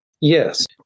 Yes